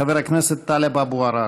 חבר הכנסת טלב אבו עראר.